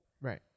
right